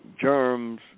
germs